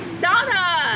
Donna